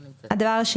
עם שילוט, הפרדה וכולי.